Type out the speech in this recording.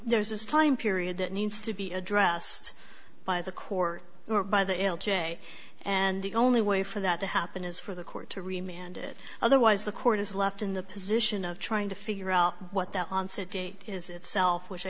there's this time period that needs to be addressed by the court or by the l j and the only way for that to happen is for the court to remain and otherwise the court is left in the position of trying to figure out what the onset date is itself which i